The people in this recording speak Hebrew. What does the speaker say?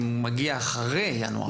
אם הוא מגיע אחרי ינואר?